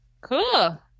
Cool